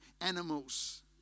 animals